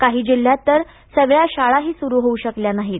काही जिल्ह्यातंत तर सगळ्या शाळाही सुरू होऊ शकल्या नाहीत